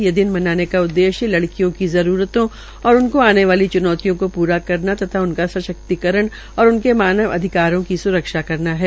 ये दिन मनाने का उदेश्य लड़कियों की जरूरतों और उनकी आने वाली च्नौतियों का प्रा करना तथा उनका सशक्तिकरण और उनके मानव अधिकारों की सुरक्षा करना है